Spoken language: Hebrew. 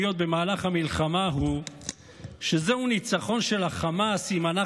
במהלך המלחמה הוא שזהו ניצחון של החמאס אם אנחנו